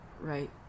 Right